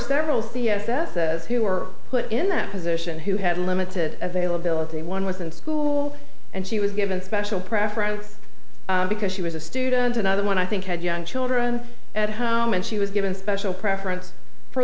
several c s s who were put in that position who had limited availability one was in school and she was given special preference because she was a student another one i think had young children at home and she was given special preference for